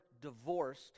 divorced